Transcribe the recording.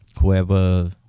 Whoever